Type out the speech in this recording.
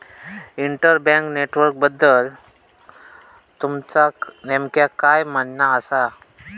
inter bank नेटवर्कबद्दल तुमचा नेमक्या काय म्हणना आसा